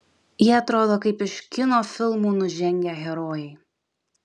jie atrodo kaip iš kino filmų nužengę herojai